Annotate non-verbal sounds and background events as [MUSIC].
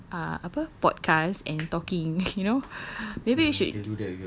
[BREATH] ah apa podcast and talking you know [BREATH] maybe you should